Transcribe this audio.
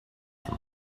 from